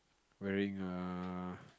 wearing a